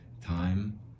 time